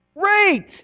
Great